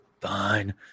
fine